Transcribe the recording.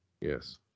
Yes